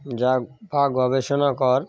যা বা গবেষণা কর